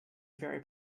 very